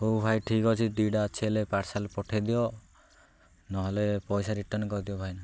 ହଉ ଭାଇ ଠିକ୍ ଅଛି ଦୁଇଟା ଅଛି ହେଲେ ପାର୍ସଲ୍ ପଠାଇଦିଅ ନହେଲେ ପଇସା ରିଟର୍ଣ୍ଣ କରିଦିଅ ଭାଇନା